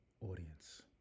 audience